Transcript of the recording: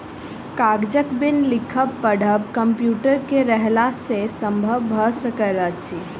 कागजक बिन लिखब पढ़ब कम्प्यूटर के रहला सॅ संभव भ सकल अछि